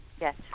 yes